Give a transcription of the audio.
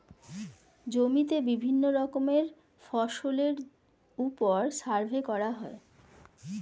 জমিতে বিভিন্ন রকমের ফসলের উপর সার্ভে করা হয়